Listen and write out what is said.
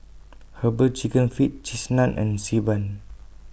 Herbal Chicken Feet Cheese Naan and Xi Ban